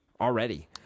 already